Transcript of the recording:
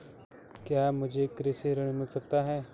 क्या मुझे कृषि ऋण मिल सकता है?